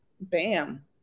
bam